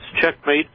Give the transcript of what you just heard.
checkmate